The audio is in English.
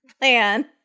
plan